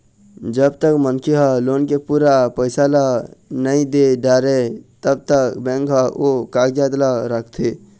जब तक मनखे ह लोन के पूरा पइसा ल नइ दे डारय तब तक बेंक ह ओ कागजात ल राखथे